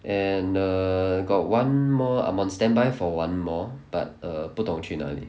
and err got one more I'm on standby for one more but err 不懂去哪里